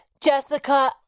Jessica